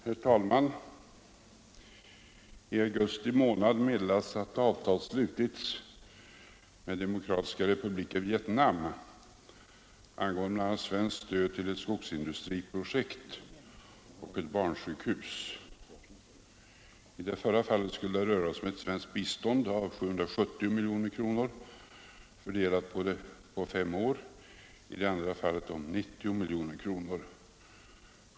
Herr talman! I augusti månad meddelades att avtal slutits med Demokratiska republiken Vietnam angående bl.a. svenskt stöd till ett skogsindustriprojekt och ett barnsjukhus. I det förra fallet skulle det röra sig om ett svenskt bistånd av 770 miljoner kronor fördelat på fem år, i det andra fallet om 90 miljoner kronor. Sjukhusprojektet har icke föranlett några delade meningar.